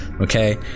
Okay